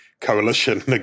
coalition